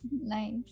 Nice